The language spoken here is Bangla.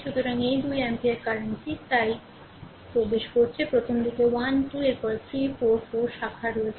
সুতরাং এই 2 অ্যাম্পিয়ার কারেন্ট টি তাই প্রবেশ করছে প্রথমদিকে 1 2 এর পরে 3 4 4 শাখা রয়েছে